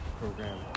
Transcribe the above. program